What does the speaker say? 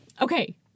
okay